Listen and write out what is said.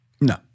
No